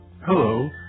Hello